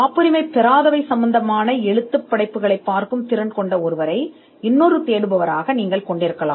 காப்புரிமை இல்லாத இலக்கியத் தேடல்களைப் பார்க்கும் திறனைக் கொண்ட மற்றொரு தேடலை நீங்கள் கொண்டிருக்கலாம்